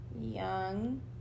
young